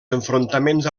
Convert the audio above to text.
enfrontaments